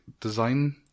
design